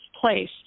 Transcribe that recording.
place